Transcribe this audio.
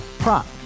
Prop